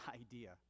idea